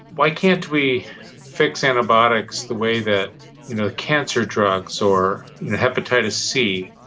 why can't we fix antibiotics the way that you know cancer drugs or hepatitis c,